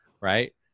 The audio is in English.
right